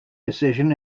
decision